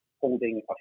holding